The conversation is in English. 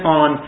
on